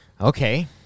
okay